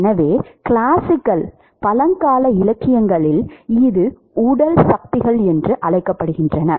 எனவே கிளாசிக்கல் இலக்கியத்தில் இது உடல் சக்திகள் என்று அழைக்கப்படுகிறது